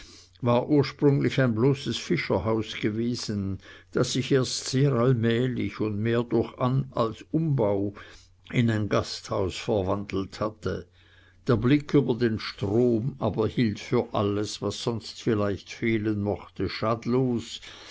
war ursprünglich ein bloßes fischerhaus gewesen das sich erst sehr allmählich und mehr durch an als umbau in ein gasthaus verwandelt hatte der blick über den strom aber hielt für alles was sonst vielleicht fehlen mochte schadlos